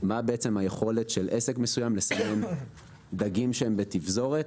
מה בעצם היכולת של עסק מסוים לסמן דגים שהם בתפזורת,